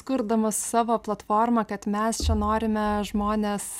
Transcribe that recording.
kurdamos savo platformą kad mes čia norime žmones